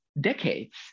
decades